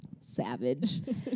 savage